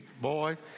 boy